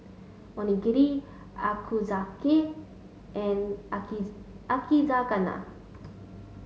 Onigiri Ochazuke and Yakizakana